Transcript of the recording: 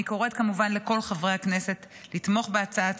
אני קוראת כמובן לכל חברי הכנסת לתמוך בהצעת